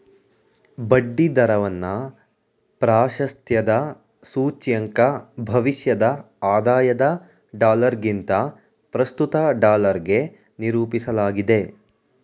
ಬಡ್ಡಿ ದರವನ್ನ ಪ್ರಾಶಸ್ತ್ಯದ ಸೂಚ್ಯಂಕ ಭವಿಷ್ಯದ ಆದಾಯದ ಡಾಲರ್ಗಿಂತ ಪ್ರಸ್ತುತ ಡಾಲರ್ಗೆ ನಿರೂಪಿಸಲಾಗಿದೆ